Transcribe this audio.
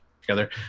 together